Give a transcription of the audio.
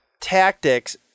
tactics